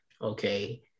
Okay